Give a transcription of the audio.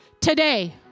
Today